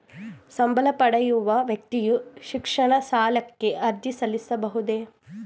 ಸಂಬಳ ಪಡೆಯುವ ವ್ಯಕ್ತಿಯು ಶಿಕ್ಷಣ ಸಾಲಕ್ಕೆ ಅರ್ಜಿ ಸಲ್ಲಿಸಬಹುದೇ?